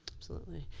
absolutely.